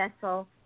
vessel